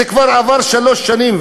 כבר עברו שלוש שנים,